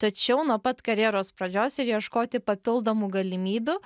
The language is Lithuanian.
tačiau nuo pat karjeros pradžios ir ieškoti papildomų galimybių